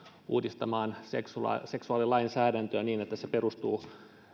uudistamaan seksuaalilainsäädäntöä niin että se perustuu